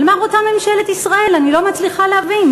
אבל מה רוצה ממשלת ישראל, אני לא מצליחה להבין.